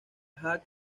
hawks